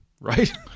Right